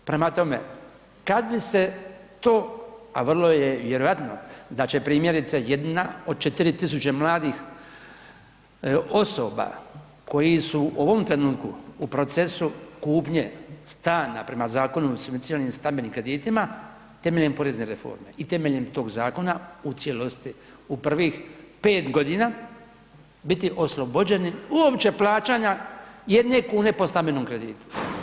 Prema tome kada bi se to a vrlo je vjerojatno da će primjerice jedna od 4 tisuće mladih osoba koji su u ovom trenutku u procesu kupnje stana prema Zakonu o subvencioniranim stambenim kreditima temeljem porezne reforme i temeljem tog zakona u cijelosti u prvih 5 godina biti oslobođeni uopće plaćanja 1 kune po stambenom kreditu.